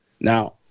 Now